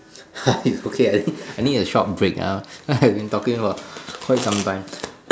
okay I think I need a short break now I've been talking for quite some time